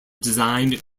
designed